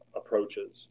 approaches